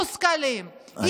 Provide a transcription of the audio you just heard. משכילים,